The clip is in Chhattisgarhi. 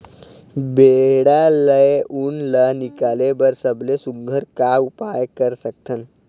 भेड़ा ले उन ला निकाले बर सबले सुघ्घर का उपाय कर सकथन?